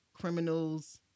criminals